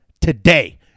today